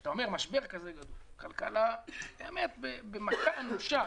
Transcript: כשאתה במשבר כזה גדול וכלכלה באמת במכה אנושה,